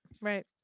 right